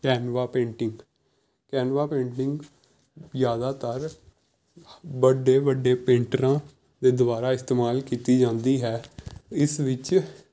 Canva painting canvas painting ਜ਼ਿਆਦਾਤਰ ਵੱਡੇ ਵੱਡੇ ਪੇਂਟਰਾਂ ਦੇ ਦੁਆਰਾ ਇਸਤੇਮਾਲ ਕੀਤੀ ਜਾਂਦੀ ਹੈ ਇਸ ਵਿੱਚ